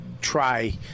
try